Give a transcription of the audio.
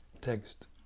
Text